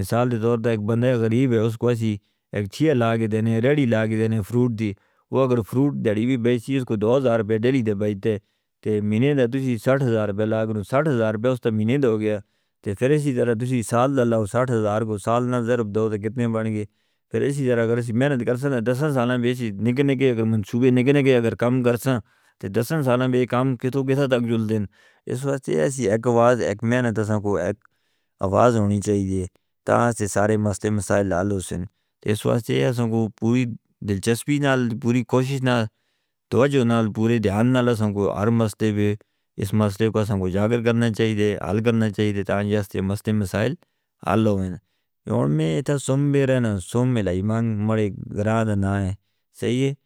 مثال دے طور پر ایک بندہ غریب ہے اس کو ایسی ایک چھیا لاغ دے دیں ریڈی لاغ دے دیں فروٹ دی وہ اگر فروٹ ریڈی بھی بیچ سی اس کو دو آرب دے دی بیٹے تو مہینے دے تسی ساٹھ آرب لاغ کرو ساٹھ آرب اس تا مہینے دو گیا۔ پھر اس طرح تسی سال دا لاؤ ساٹھ آرب کو سال نہ ضرب دو تو کتنے بن گئے۔ پھر اس طرح اگر اسی محنت کر سکتے ہیں دس سالاں بیچ نکنکے اگر منصوبے نکنکے اگر کام کرساں تو دس سالاں بے کام کتو کسا تک جل دن۔ اس واسطے اسی ایک آواز ایک محنت اساں کو ایک آواز ہونی چاہیے تاں سے سارے مسئلے مسائل حل ہو سن۔ اس واسطے اسی کو پوری دلچسپی نال پوری کوشش نال توجہ نال پورے دھیان نال اساں کو ہر مسئلے بے اس مسئلے تاں کو جاگر کرنا چاہیے حل کرنا چاہیے۔ تاں جاہستے مسئلے مسائل حل ہو گیا ہے یوں میں اتھاں سم میں رہنا سم میں لائمہ مارے گراہ دنا ہے صحیح ہے.